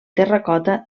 terracota